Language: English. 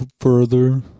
further